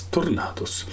Tornados